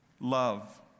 Love